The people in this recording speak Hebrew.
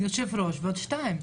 יושב-ראש ועוד שתיים.